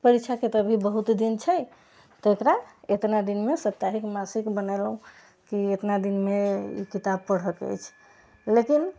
परीक्षा के तऽ अभी बहुत दिन छै तऽ एकरा एतना दिन मे सप्ताहिक मासिक बनेलहुॅं की ईतना दिन मे ई किताब पढ़ए के अछि लेकिन